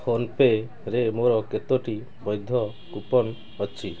ଫୋନ୍ପେରେ ମୋର କେତୋଟି ବୈଧ କୁପନ୍ ଅଛି